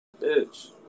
bitch